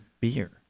beer